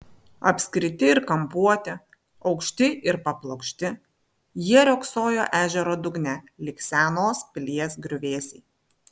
apskriti ir kampuoti aukšti ir paplokšti jie riogsojo ežero dugne lyg senos pilies griuvėsiai